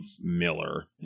Miller